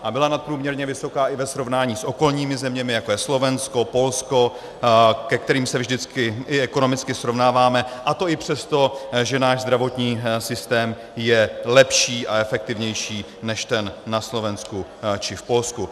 A byla nadprůměrně vysoká i ve srovnání s okolními zeměmi, jako je Slovensko, Polsko, se kterými se vždycky i ekonomicky srovnáváme, a to i přesto, že náš zdravotní systém je lepší a efektivnější než ten na Slovensku či v Polsku.